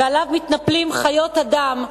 ומתנפלים עליו חיות אדם,